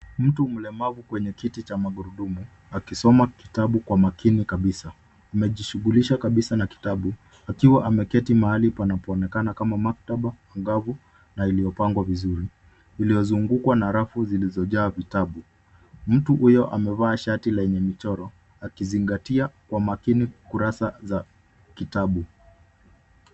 Mtu mlemavu kwenye kiti cha magurudumu akisoma kitabu kwa makini kabisa. Amejishughulisha kabisa na kitabu akiwa ameketi mahali panapoonekana kama maktaba anagavu na iliyopangwa vizuri iliwazungukwa na rafu zilizojaa vitabu. Mtu huyo amevaa shati lenye michoro akizingatia kwa makini kurasa za kitabu.